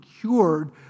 cured